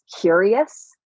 curious